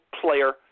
player